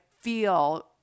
feel